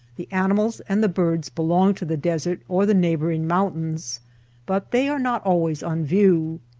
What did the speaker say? the animals and the birds belong to the desert or the neighboring mountains but they are not always on view.